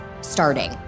starting